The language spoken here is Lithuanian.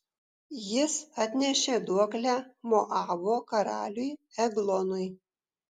jis atnešė duoklę moabo karaliui eglonui